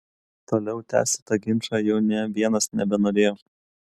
toliau tęsti tą ginčą jau nė vienas nebenorėjo